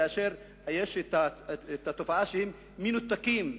כאשר יש תופעה שהם מנותקים,